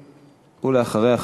ואחריה,